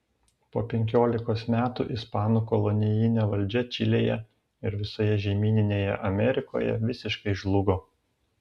po penkiolikos metų ispanų kolonijinė valdžia čilėje ir visoje žemyninėje amerikoje visiškai žlugo